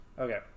Okay